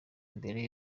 mbere